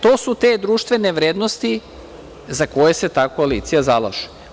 To su te društvene vrednosti za koje se ta koalicija zalaže.